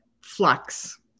flux